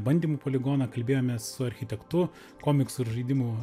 bandymų poligoną kalbėjomės su architektu komiksų ir žaidimų